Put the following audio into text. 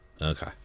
okay